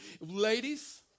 Ladies